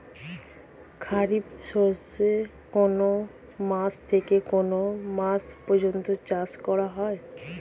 খারিফ শস্য কোন মাস থেকে কোন মাস পর্যন্ত চাষ করা হয়?